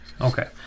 Okay